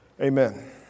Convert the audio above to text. Amen